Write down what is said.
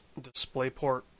DisplayPort